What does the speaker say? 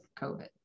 COVID